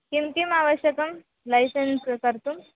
किं किम् आवश्यकं लैसेन्स् कर्तुं